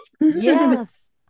Yes